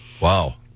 Wow